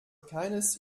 keines